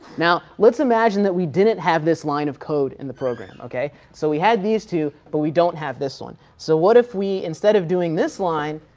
now let's imagine that we didn't have this line of code in the program, ok. so we had these two, but we don't have this one. so what if we instead of doing this line,